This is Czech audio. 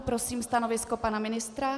Prosím stanovisko pana ministra.